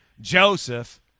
Joseph